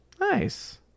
nice